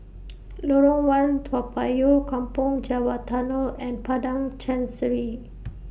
Lorong one Toa Payoh Kampong Java Tunnel and Padang Chancery